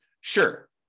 Sure